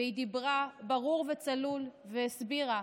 והיא דיברה ברור וצלול והסבירה.